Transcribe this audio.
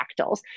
fractals